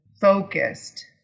focused